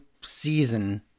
season